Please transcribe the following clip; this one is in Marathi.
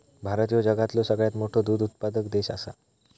भारत ह्यो जगातलो सगळ्यात मोठो दूध उत्पादक देश आसा